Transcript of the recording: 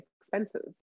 expenses